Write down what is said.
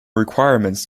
requirements